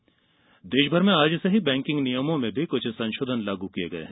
banking संशोधन देश भर में आज से ही बैंकिंग नियमों में भी कुछ संशोधन लागू किये गये हैं